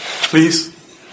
Please